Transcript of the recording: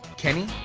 kenny,